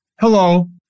Hello